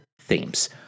themes